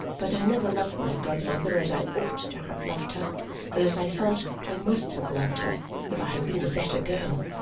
but i never loved my godmother as i ought to have loved her and as i felt i must have loved her if i had been a better girl.